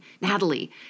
Natalie